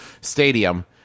Stadium